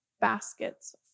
baskets